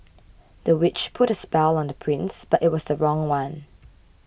the witch put a spell on the prince but it was the wrong one